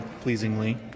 pleasingly